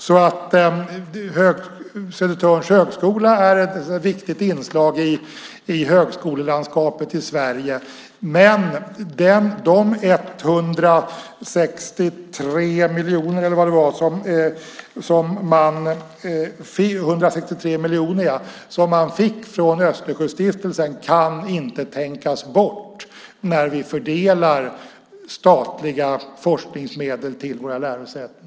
Södertörns högskola är ett viktigt inslag i högskolelandskapet i Sverige. De 163 miljoner som man fick från Östersjöstiftelsen kan dock inte tänkas bort när vi fördelar statliga forskningsmedel till våra lärosäten.